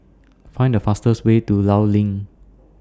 Find The fastest Way to law LINK